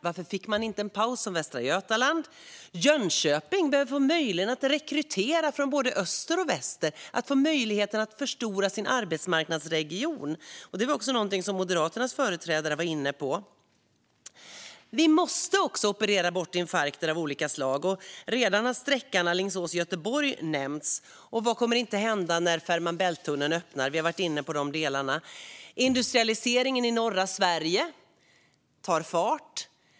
Varför fick man inte en paus som Västra Götaland? Jönköping behöver få möjlighet att rekrytera från både öster och väster för att få möjligheten att förstora sin arbetsmarknadsregion. Det var också någonting som Moderaternas företrädare var inne på. Vi måste också operera bort infarkter av olika slag. Sträckan Alingsås-Göteborg har redan nämnts. Vad kommer inte att hända när Fehmarn Bält-tunneln öppnar? Vi har varit inne på de delarna. Industrialiseringen i norra Sverige tar fart.